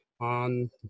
on